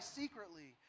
secretly